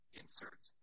inserts